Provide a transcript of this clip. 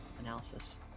analysis